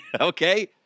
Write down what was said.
Okay